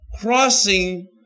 crossing